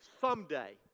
someday